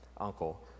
uncle